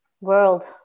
world